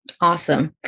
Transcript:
Awesome